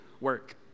work